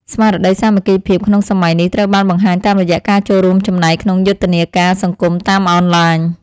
ស្មារតីសាមគ្គីភាពក្នុងសម័យនេះត្រូវបានបង្ហាញតាមរយៈការចូលរួមចំណែកក្នុងយុទ្ធនាការសង្គមតាមអនឡាញ។